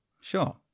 Sure